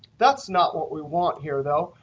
that's not what we want here, though.